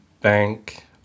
bank